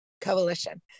coalition